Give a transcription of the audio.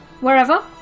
wherever